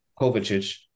kovacic